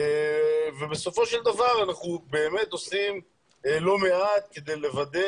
ובסופו של דבר אנחנו באמת עושים לא מעט כדי לוודא